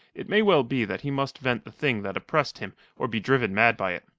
it may well be that he must vent the thing that oppressed him or be driven mad by it.